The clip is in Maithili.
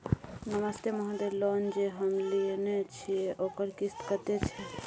नमस्ते महोदय, लोन जे हम लेने छिये ओकर किस्त कत्ते छै?